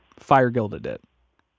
fire guilded it.